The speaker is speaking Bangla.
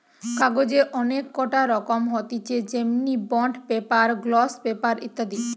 কাগজের অনেক কটা রকম হতিছে যেমনি বন্ড পেপার, গ্লস পেপার ইত্যাদি